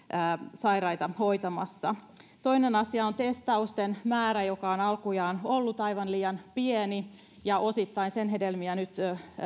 sairaita hoitamassa kolmas asia on testausten määrä joka on alkujaan ollut aivan liian pieni ja osittain sen hedelmiä nyt